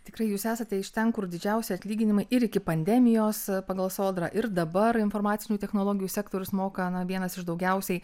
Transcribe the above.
tikrai jūs esate iš ten kur didžiausi atlyginimai ir iki pandemijos pagal sodrą ir dabar informacinių technologijų sektorius moka na vienas iš daugiausiai